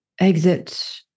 exit